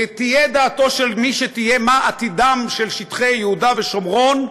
ותהיה דעתו של מי כשתהיה מה עתידם של שטחי יהודה ושומרון,